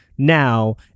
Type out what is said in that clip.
now